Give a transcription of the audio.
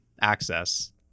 access